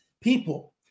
people